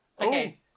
Okay